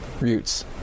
routes